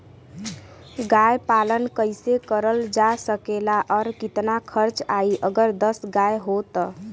गाय पालन कइसे करल जा सकेला और कितना खर्च आई अगर दस गाय हो त?